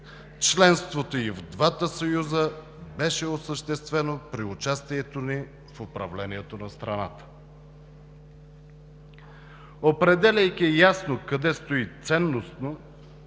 членството и в двата съюза беше осъществено при участието ни в управлението на страната. Определяйки ясно къде стои ценностно,